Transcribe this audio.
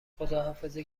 خداحافظی